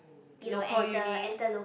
local unis